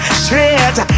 straight